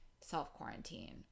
self-quarantine